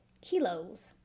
kilos